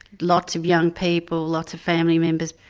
lots of young people, lots of family members,